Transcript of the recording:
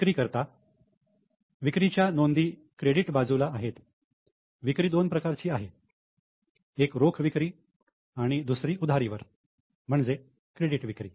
विक्री करिता विक्री च्या नोंदी क्रेडिट बाजूला आहेत विक्री दोन प्रकारची आहे एक रोख विक्री आणि दुसरी उधारीवर म्हणजे क्रेडिट विक्री